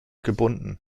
gebunden